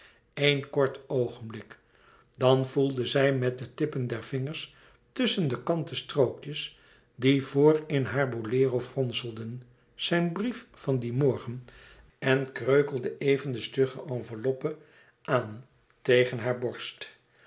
éen kort oogenblik dan voelde zij met de tippen der vingers tusschen de kanten strookjes die voor in haar bolero fronselden zijn brief van dien morgen en kreukelde even de stugge enveloppe aan tegen haar borst